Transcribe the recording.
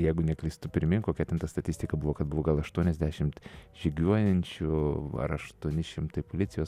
jeigu neklystu primink kokia ten ta statistika buvo kad buvo gal aštuoniasdešimt žygiuojančių ar aštuoni šimtai policijos